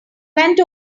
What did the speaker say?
went